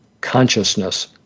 consciousness